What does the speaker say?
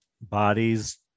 bodies